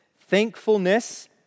thankfulness